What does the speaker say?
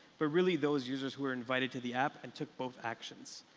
but really those users who are invited to the app and took both actions.